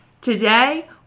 Today